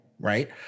Right